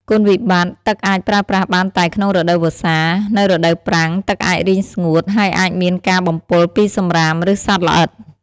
គុណវិបត្តិ ទឹកអាចប្រើប្រាស់បានតែក្នុងរដូវវស្សា។ នៅរដូវប្រាំង ទឹកអាចរីងស្ងួត ហើយអាចមានការបំពុលពីសំរាម ឬសត្វល្អិត។